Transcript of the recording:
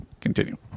Continue